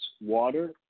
water